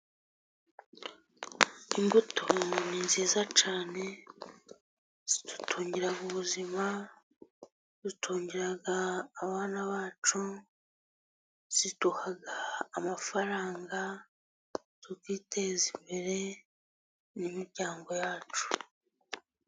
Imbuto ni nziza cyane zidutungira ubuzima, zidutungira abana bacu, ziduha amafaranga tukiteza imbere n'imiryango yacu.